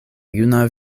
juna